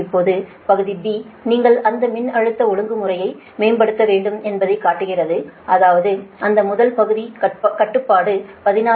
இப்போது பகுதி நீங்கள் அந்த மின்னழுத்த ஒழுங்குமுறையை மேம்படுத்த வேண்டும் என்பதைக் காட்டுகிறது அதாவது அந்த முதல் பகுதி கட்டுப்பாடு 16